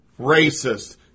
racist